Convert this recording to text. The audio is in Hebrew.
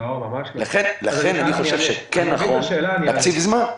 לכן אני חושב שכן נכון להקציב זמן.